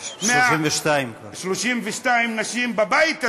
32. 32 נשים בבית הזה,